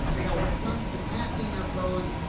now when it comes to packing your clothes,